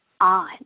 on